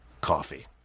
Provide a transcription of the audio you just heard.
coffee